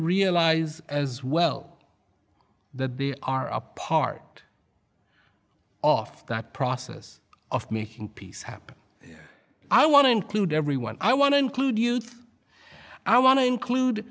realize as well that they are a part of that process of making peace happen i want to include everyone i want to include youth i want to include